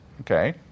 Okay